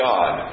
God